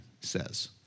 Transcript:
says